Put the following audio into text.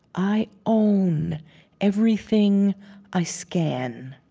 i own everything i scan.